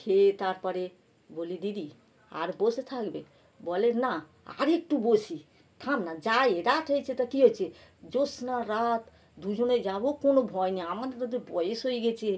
খেয়ে তারপরে বলি দিদি আর বসে থাকবে বলে না আরেকটু বসি থাম না যাই এ রাত হয়েছে তো কী হয়েছে জ্যোৎস্না রাত দুজনে যাবো কোনও ভয় নেই আমাদের তো বয়স হয়ে গেছে